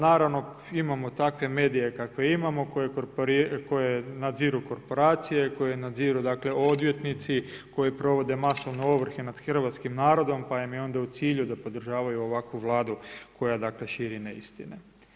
Naravno imamo takve medije kakve imamo koje nadziru korporacije, koje nadziru dakle odvjetnici koji provode masovno ovrhe nad hrvatskim narodom, pa im je onda u cilju da podržavaju ovakvu Vladu koja dakle širi neistine.